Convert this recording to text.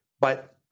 But-